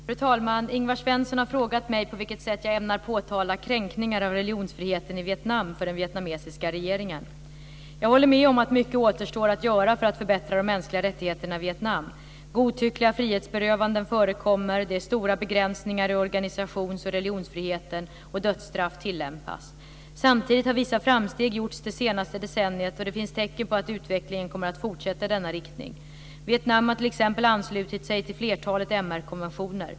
Fru talman! Ingvar Svensson har frågat mig på vilket sätt jag ämnar påtala kränkningar av religionsfriheten i Vietnam för den vietnamesiska regeringen. Jag håller med om att mycket återstår att göra för att förbättra de mänskliga rättigheterna i Vietnam. Godtyckliga frihetsberövanden förekommer. Det är stora begränsningar i organisations och religionsfriheten, och dödsstraff tillämpas. Samtidigt har vissa framsteg gjorts det senaste decenniet, och det finns tecken på att utvecklingen kommer att fortsätta i denna riktning. Vietnam har t.ex. anslutit sig till flertalet MR-konventioner.